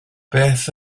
beth